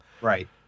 Right